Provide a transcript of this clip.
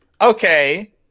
Okay